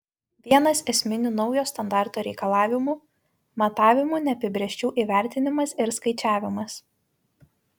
vienas esminių naujo standarto reikalavimų matavimų neapibrėžčių įvertinimas ir skaičiavimas